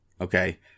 Okay